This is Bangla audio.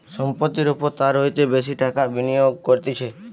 সম্পত্তির ওপর তার হইতে বেশি টাকা বিনিয়োগ করতিছে